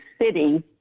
City